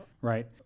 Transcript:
Right